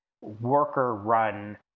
worker-run